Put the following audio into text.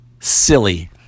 Silly